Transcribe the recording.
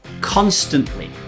constantly